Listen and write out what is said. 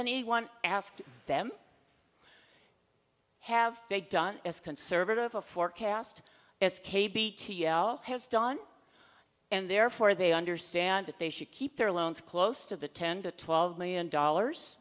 anyone asked them have they done as conservative a forecast as k b t l has done and therefore they understand that they should keep their loans close to the ten to twelve million dollars